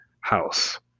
house